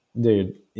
dude